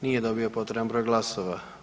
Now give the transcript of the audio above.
Nije dobio potreban broj glasova.